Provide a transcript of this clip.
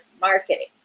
marketing